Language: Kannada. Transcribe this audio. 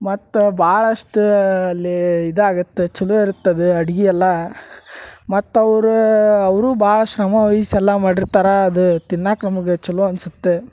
ಮತ್ತೆ ಭಾಳಷ್ಟ ಅಲ್ಲಿ ಇದಾಗತ್ತ ಛಲೋ ಇರತ್ತೆ ಅದ ಅಡ್ಗಿ ಎಲ್ಲಾ ಮತ್ತೆ ಅವರ ಅವರೂ ಭಾಳ ಶ್ರಮವಹಿಸಿ ಎಲ್ಲ ಮಾಡಿರ್ತಾರೆ ಅದ ತಿನ್ನಾಕ ನಮ್ಗ ಛಲೋ ಅನ್ಸತ್ತೆ